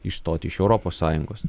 išstoti iš europos sąjungos